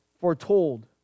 foretold